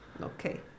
Okay